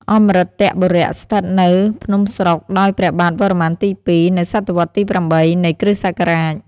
អម្រិន្ទបុរៈ ស្ថិតនៅ ភ្នំស្រុក ដោយព្រះបាទវរ្ម័នទី២ នៅសតវត្សរ៍ទី៨ នៃ គ្រិស្តសករាជ ។